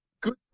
good